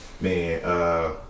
man